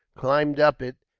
climbed up it,